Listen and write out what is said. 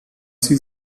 sie